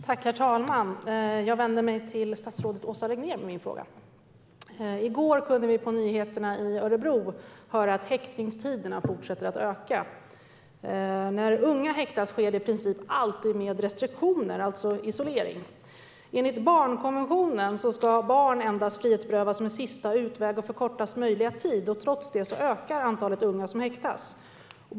Herr talman! Jag vänder mig till statsrådet Åsa Regnér med min fråga. I går kunde vi på nyheterna i Örebro höra att häktningstiderna fortsätter att öka. När unga häktas sker det i princip alltid med restriktioner, det vill säga isolering. Enligt barnkonventionen ska barn endast frihetsberövas som en sista utväg och under kortast möjliga tid. Trots detta ökar antalet unga som häktas.